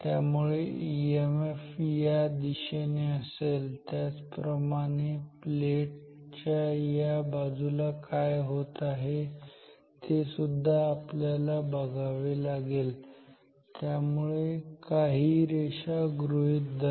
त्यामुळे ईएमएफ या दिशेने असेल त्याच प्रमाणे प्लेट च्या या बाजूला काय होत आहे ते सुद्धा आपल्याला बघावे लागेल त्यामुळे काही रेषा गृहीत धरा